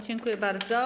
Dziękuję bardzo.